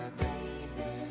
baby